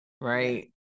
Right